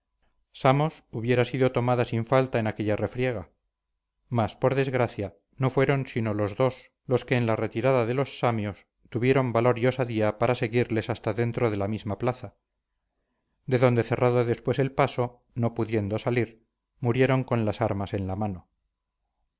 samos hubiera sido tomada sin falta en aquella refriega mas por desgracia no fueron sino los dos los que en la retirada de los samios tuvieron valor y osadía para seguirles hasta dentro de la misma plaza de donde cerrado después el paso no pudiendo salir murieron con las armas en la mano